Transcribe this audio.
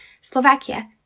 Slovakia